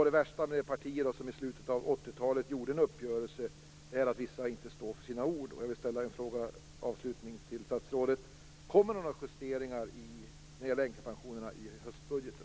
Det värsta med det parti som i slutet av 1980-talet gjorde en uppgörelse är att vissa i partiet inte står för sina ord. Jag vill avslutningsvis ställa en fråga till statsrådet: Kommer det några justeringar när det gäller änkepensionen i höstbudgeten?